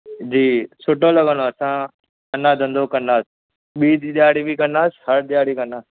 जी सुठो लॻंदो असां अञा धंधो कंदासि ॿीं ॾियारी बि कंदासि हर ॾियारी कंदासि